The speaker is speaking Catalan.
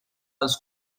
als